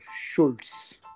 Schultz